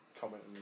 comment